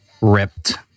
ripped